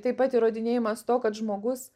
taip pat įrodinėjimas to kad žmogus